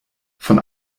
von